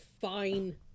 fine